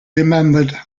remembered